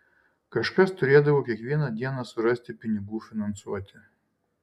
kažkas turėdavo kiekvieną dieną surasti pinigų finansuoti